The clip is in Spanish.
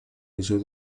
liceo